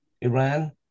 Iran